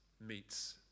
meets